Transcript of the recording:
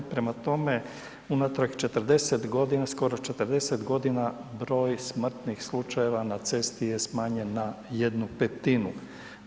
Prema tome, unatrag 40 godina skoro 40 godina broj smrtnih slučajeva na cesti je smanjen na 1/5.